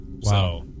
Wow